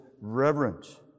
reverence